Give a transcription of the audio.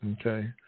okay